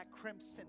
crimson